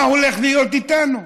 מה הולך להיות איתנו,